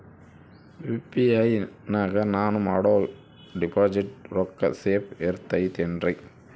UPI ನಾಗ ನಾನು ಮಾಡೋ ಡಿಪಾಸಿಟ್ ರೊಕ್ಕ ಸೇಫ್ ಇರುತೈತೇನ್ರಿ?